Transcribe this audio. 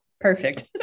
Perfect